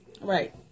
Right